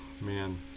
man